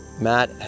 Matt